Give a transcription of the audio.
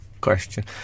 question